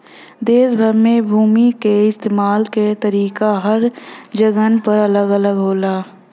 देस भर में भूमि क इस्तेमाल क तरीका हर जगहन पर अलग अलग होला